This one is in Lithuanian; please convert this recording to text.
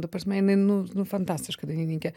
ta prasme jinai nu nu fantastiška dainininkė